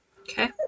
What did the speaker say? Okay